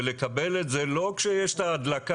ולקבל את זה לא כשיש את ההדלקה,